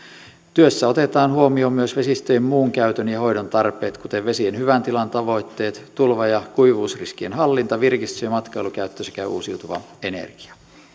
työssä otetaan huomioon myös vesistöjen muun käytön ja hoidon tarpeet kuten vesien hyvän tilan tavoitteet tulva ja kuivuusriskien hallinta virkistys ja matkailukäyttö sekä uusiutuva energia